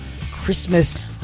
Christmas